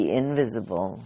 invisible